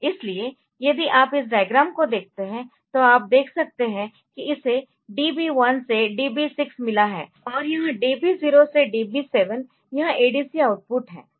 इसलिए यदि आप इस डायग्राम को देखते है तो आप देख सकते है कि इसे DB1 से DB 6 मिला है और यह DB 0 से DB 7 यह ADC आउटपुट है